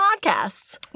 podcasts